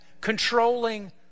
controlling